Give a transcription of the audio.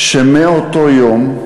מאותו יום,